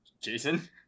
Jason